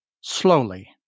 slowly